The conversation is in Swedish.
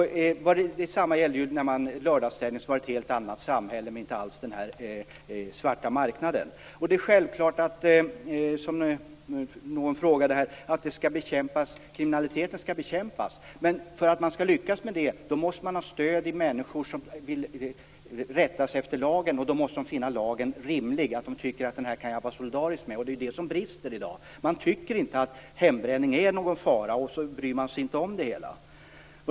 Detsamma gällde lördagsstängningen, som infördes i ett helt annat samhälle, där den svarta marknaden inte alls fanns. Det är självklart, som någon frågade om här, att kriminaliteten skall bekämpas, men för att man skall lyckas med det måste man ha stöd av människor som vill rätta sig efter lagen. De måste finna lagen rimlig och tycka att de kan vara solidariska med den. Det är det som brister i dag. Man tycker inte att hembränning är någon fara, och så bryr man sig inte om det hela.